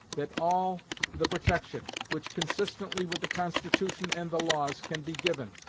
that all the protection which, consistently with the constitution and the laws, can be given,